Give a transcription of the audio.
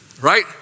Right